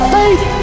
faith